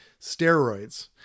steroids